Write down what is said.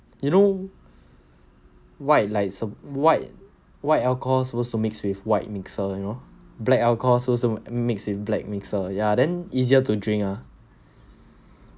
you know white like white white alcohol supposed to mix with white mixer you know black alcohol supposed to mix with black mixer ya then easier to drink ah